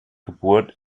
geburt